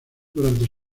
durante